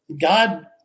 God